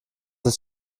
ist